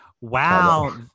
wow